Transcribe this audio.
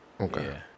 Okay